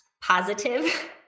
positive